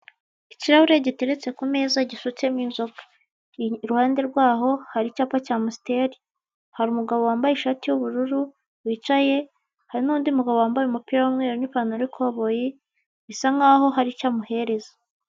Ikirahure giteretse ku meza gisutsemo inzoga, i ruhande rwaho hari icyapa cya musiteri. Hari umugabo wambaye ishati y'ubururu wicaye, hari n'undi mugabo wambaye umupira w'umweru n'ipantaro y'ikoboyi. Bisa nk'aho hari icyo amuhereza.